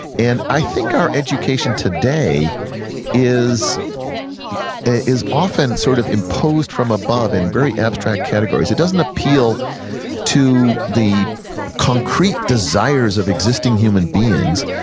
and i think our education today is is often sort of imposed from above in very abstract categories. it doesn't appeal to the concrete desires of existing human beings,